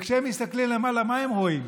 וכשהם מסתכלים למעלה, מה הם רואים?